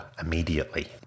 immediately